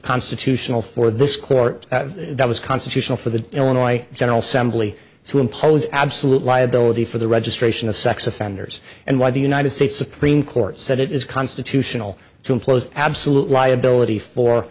constitutional for this court that was constitutional for the illinois general assembly to impose absolute liability for the registration of sex offenders and why the united states supreme court said it is constitutional to employ absolute liability for